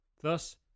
Thus